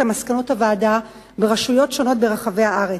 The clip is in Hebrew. מסקנות הוועדה ברשויות שונות ברחבי הארץ.